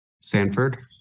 Sanford